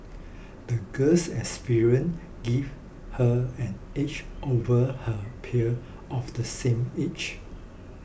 the girl's experiences gave her an edge over her peer of the same age